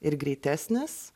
ir greitesnis